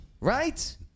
right